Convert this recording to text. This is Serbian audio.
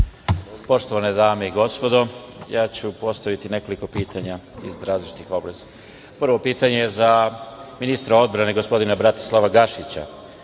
Poštovane dame i gospodo, ja ću postaviti nekoliko pitanja iz različitih oblasti. Prvo pitanje za ministra odbrane gospodina Bratislava Gašića